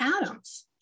Adams